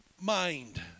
mind